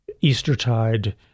Eastertide